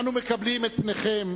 אנו מקבלים את פניכם,